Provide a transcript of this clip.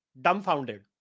dumbfounded